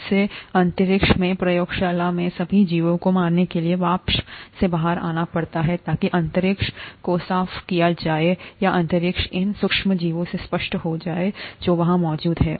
इससे अंतरिक्ष में प्रयोगशाला में सभी जीवों को मारने के लिए वाष्प में बाहर आना पड़ता है ताकि अंतरिक्ष को साफ किया जाए या अंतरिक्ष इन सूक्ष्म जीवों से स्पष्ट हो जाए जो वहां मौजूद हैं